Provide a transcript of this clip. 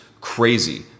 crazy